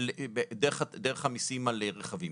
דרך המיסים על רכבים.